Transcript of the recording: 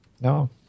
No